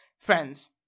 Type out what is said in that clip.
Friends